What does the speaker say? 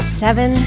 seven